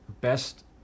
best